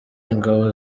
ingabo